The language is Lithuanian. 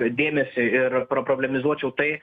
dėmesį ir paproblemizuočiau tai